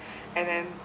and then